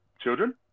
children